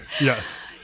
yes